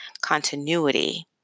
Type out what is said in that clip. continuity